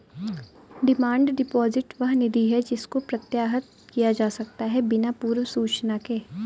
demand deposit वह निधि है जिसको प्रत्याहृत किया जा सकता है बिना पूर्व सूचना के